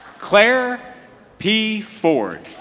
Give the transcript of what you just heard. claire p. ford.